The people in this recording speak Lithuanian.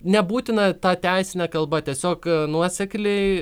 nebūtina ta teisine kalba tiesiog nuosekliai